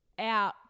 out